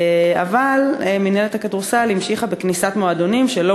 אבל מינהלת הכדורסל המשיכה בקניסת מועדונים שלא